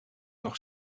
nog